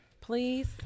Please